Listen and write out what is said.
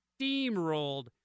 steamrolled